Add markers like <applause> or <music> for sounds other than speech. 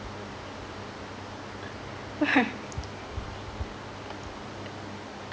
why <laughs>